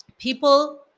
people